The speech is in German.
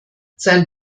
sein